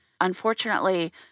Unfortunately